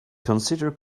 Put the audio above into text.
consider